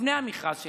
לפני המכרז שלי.